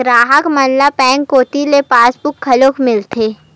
गराहक मन ल बेंक कोती ले पासबुक घलोक मिलथे